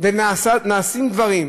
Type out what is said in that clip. הורים מאושרים, ילדים שמחים ובריאים,